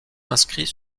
inscrit